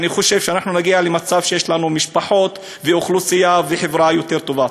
אני חושב שאנחנו נגיע למצב שיש לנו משפחות ואוכלוסייה וחברה יותר טובה.